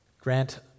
grant